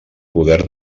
poder